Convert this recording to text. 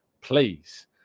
Please